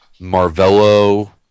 Marvello